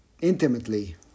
intimately